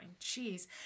Jeez